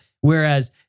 Whereas